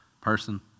person